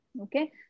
Okay